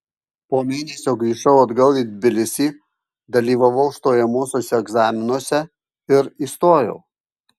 po mėnesio grįžau atgal į tbilisį dalyvavau stojamuosiuose egzaminuose ir įstojau